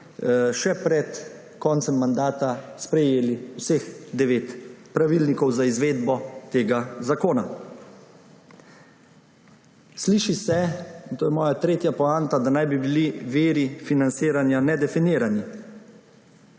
še pred koncem mandata sprejeli vseh devet pravilnikov za izvedo tega zakona. Sliši se, in to je moja tretja poanta, da naj bi bili viri financiranja nedefinirani.